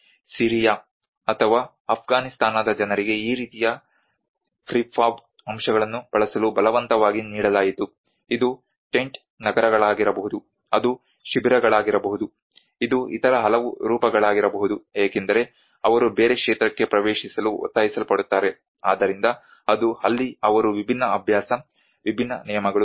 Syria ಅಥವಾ ಅಫ್ಘಾನಿಸ್ತಾನದ ಜನರಿಗೆ ಈ ರೀತಿಯ ಪ್ರಿಫ್ಯಾಬ್ ಅಂಶಗಳನ್ನು ಬಳಸಲು ಬಲವಂತವಾಗಿ ನೀಡಲಾಯಿತು ಇದು ಟೆಂಟ್ ನಗರಗಳಾಗಿರಬಹುದು ಅದು ಶಿಬಿರಗಳಾಗಿರಬಹುದು ಇದು ಇತರ ಹಲವು ರೂಪಗಳಾಗಿರಬಹುದು ಏಕೆಂದರೆ ಅವರು ಬೇರೆ ಕ್ಷೇತ್ರಕ್ಕೆ ಪ್ರವೇಶಿಸಲು ಒತ್ತಾಯಿಸಲ್ಪಡುತ್ತಾರೆ ಆದ್ದರಿಂದ ಅದು ಅಲ್ಲಿ ಅವರು ವಿಭಿನ್ನ ಅಭ್ಯಾಸ ವಿಭಿನ್ನ ನಿಯಮಗಳು ವಿಭಿನ್ನ ಪ್ರಕ್ರಿಯೆಯನ್ನು ಕಲಿಯಬೇಕಾಗುತ್ತದೆ